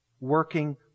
working